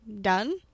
done